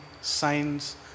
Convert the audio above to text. signs